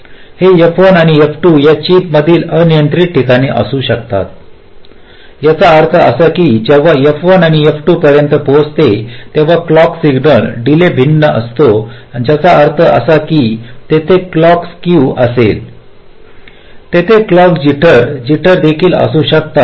हे F1 आणि F2 या चिपमधील अनियंत्रित ठिकाणी स्थित असू शकते याचा अर्थ असा की जेव्हा हे F1 आणि F2 पर्यंत पोहोचते तेव्हा क्लॉक सिग्नल डीले भिन्न असतो ज्याचा अर्थ असा आहे की तेथे क्लॉक स्केव असेल तेथे क्लॉक जिटर जिटर देखील असू शकतात